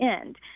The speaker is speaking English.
end